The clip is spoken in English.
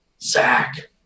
Zach